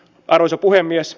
arvoisa puhemies